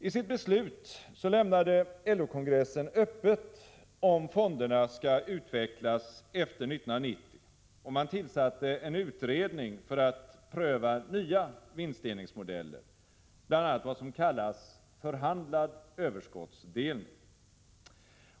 I sitt beslut lämnade LO-kongressen öppet om fonderna skall utvecklas efter 1990, och man tillsatte en utredning för att pröva nya vinstdelningsmodeller, bl.a. vad som kallas förhandlad överskottsdelning.